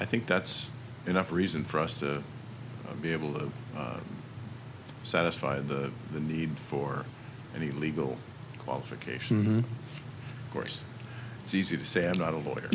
i think that's enough reason for us to be able to satisfy the need for any legal qualification course it's easy to say i'm not a lawyer